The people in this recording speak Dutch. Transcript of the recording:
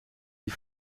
die